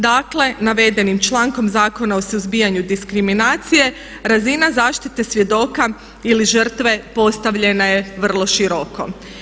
Dakle, navedenim člankom Zakona o suzbijanju diskriminacije razina zaštite svjedoka ili žrtve postavljena je vrlo široko.